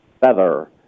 feather